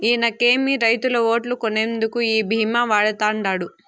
ఇనకేమి, రైతుల ఓట్లు కొనేందుకు ఈ భీమా వాడతండాడు